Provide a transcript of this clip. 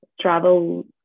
Travel